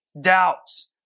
doubts